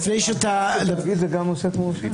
אדוני היושב-ראש -- תאגיד זה גם עוסק מורשה.